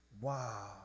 Wow